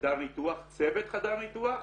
חדר ניתוח, צוות חדר ניתוח,